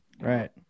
Right